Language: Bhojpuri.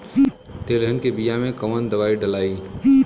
तेलहन के बिया मे कवन दवाई डलाई?